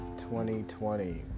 2020